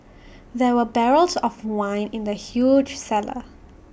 there were barrels of wine in the huge cellar